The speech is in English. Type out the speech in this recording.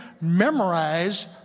memorize